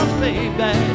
baby